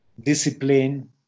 discipline